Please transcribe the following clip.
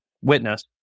witness